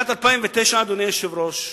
אדוני היושב-ראש,